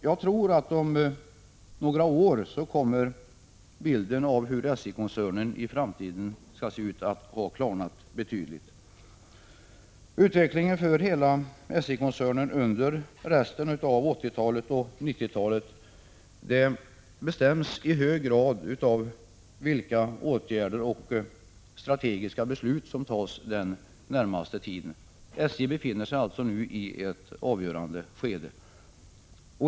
Jag tror att bilden av hur SJ-koncernen skall se ut i framtiden kommer att ha klarnat betydligt om några år. Utvecklingen för hela SJ-koncernen under resten av 1980-talet och 1990-talet bestäms i hög grad av vilka åtgärder och strategiska beslut som fattas den närmaste tiden. SJ befinner sig alltså nu i ett avgörande skede.